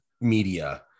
media